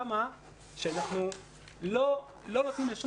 אבל זה רק מה שאומר שכמה שאנחנו לא נותנים לשום